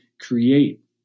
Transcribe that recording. create